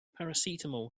paracetamol